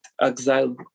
exile